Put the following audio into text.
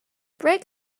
break